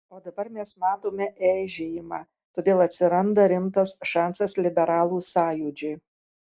o dabar mes matome eižėjimą todėl atsiranda rimtas šansas liberalų sąjūdžiui